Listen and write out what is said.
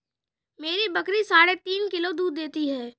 मेरी बकरी साढ़े तीन किलो दूध देती है